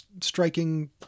striking